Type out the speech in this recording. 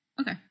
okay